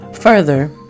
Further